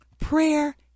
Prayer